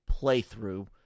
playthrough